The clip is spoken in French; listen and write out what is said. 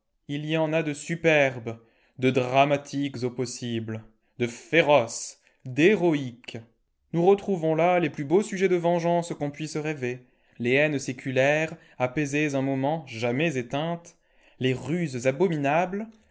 ii y en a de superbes de dramatiques au possible de féroces d'héroïques nous retrouvons là les plus beaux sujets de vengeance qu'on puisse rêver les haines séculaires apaisées un moment jamais éteintes les ruses abominables